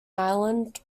ireland